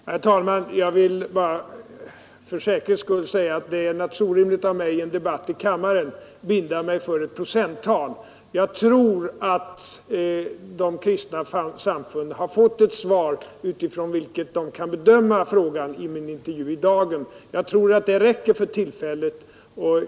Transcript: Herr talman! Jag vill bara för säkerhets skull säga att det vore orimligt av mig att i en debatt i kammaren binda mig för ett procenttal. Jag tror att de kristna samfunden har fått ett svar, utifrån vilket de kan bedöma frågan, i intervjun med mig i Dagen. Det bör räcka för tillfället.